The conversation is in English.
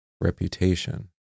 reputation